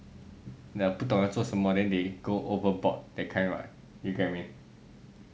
不懂要做什么 then they go overboard that kind right you get what I mean